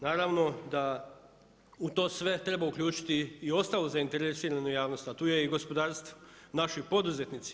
Naravno da u to sve treba uključiti i ostalu zainteresiranu javnost, a tu je i gospodarstvo, naši poduzetnici.